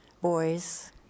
boys